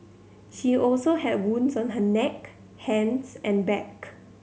she also had wounds on her neck hands and back